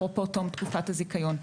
אפרופו תום תקופת הזיכיון.